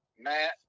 Matt